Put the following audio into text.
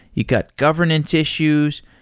you got governance issues.